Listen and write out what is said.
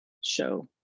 show